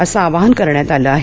असं आवाहन करण्यात आलं आहे